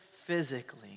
physically